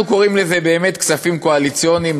אנחנו קוראים לזה באמת "כספים קואליציוניים",